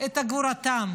את גבורתן,